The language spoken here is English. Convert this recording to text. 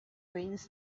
brains